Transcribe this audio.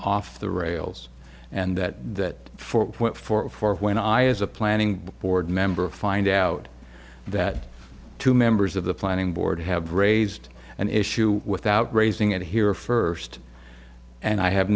off the rails and that four point four four when i as a planning board member find out that two members of the planning board have raised an issue without raising it here first and i have